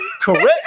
correct